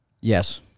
yes